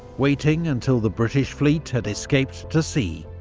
waiting until the british fleet had escaped to sea,